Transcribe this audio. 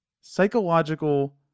psychological